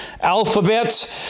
alphabet